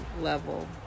level